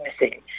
missing